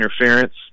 interference